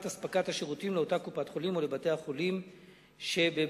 אספקת השירותים לאותה קופת-חולים או לבתי-החולים שבבעלותה.